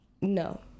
No